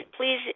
please